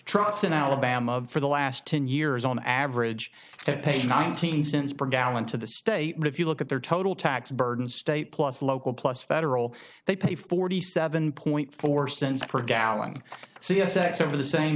trucks in alabama for the last ten years on average pay nineteen cents per gallon to the state but if you look at their total tax burden state plus local plus federal they pay forty seven point four cents per gallon c s s over the same